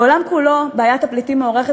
בעולם כולו בעיית הפליטים מוערכת